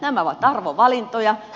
nämä ovat arvovalintoja